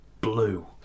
blue